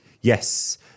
Yes